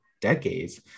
decades